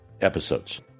Episodes